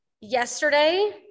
yesterday